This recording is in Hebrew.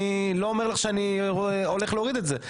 אני לא אומר לך שאני הולך להוריד את זה,